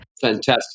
Fantastic